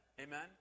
Amen